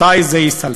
מתי זה ייסלל?